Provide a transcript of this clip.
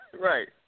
Right